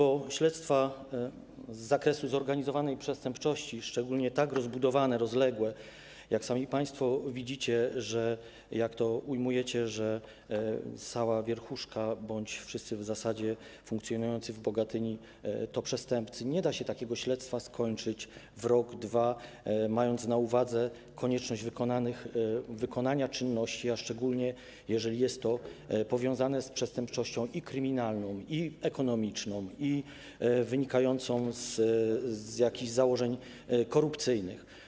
Jeżeli chodzi o śledztwa z zakresu zorganizowanej przestępczości, szczególnie tak rozbudowane, rozległe, jak sami państwo widzicie, jak to ujmujecie, że cała wierchuszka bądź w zasadzie wszyscy funkcjonujący w Bogatyni to przestępcy, to nie da się takiego śledztwa skończyć w rok, dwa, mając na uwadze konieczność wykonania czynności, a szczególnie, jeżeli jest to powiązane z przestępczością i kryminalną, i ekonomiczną, i wynikającą z założeń korupcyjnych.